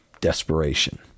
desperation